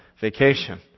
vacation